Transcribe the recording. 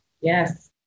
Yes